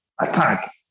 attack